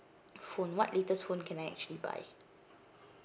phone what latest phone can I actually buy